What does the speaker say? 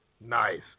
Nice